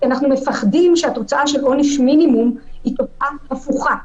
כי אנחנו מפחדים שהתוצאה של עונש מינימום היא תוצאה הפוכה.